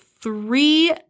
three